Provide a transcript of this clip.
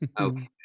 Okay